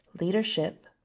leadership